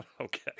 Okay